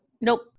nope